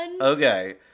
Okay